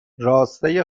راسته